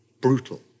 brutal